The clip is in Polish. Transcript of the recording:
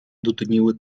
dudniły